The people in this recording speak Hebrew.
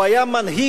הוא היה מנהיג.